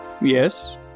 Yes